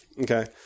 okay